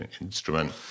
instrument